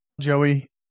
Joey